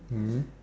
mm